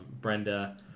brenda